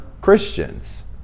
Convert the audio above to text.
Christians